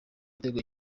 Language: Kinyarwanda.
igitego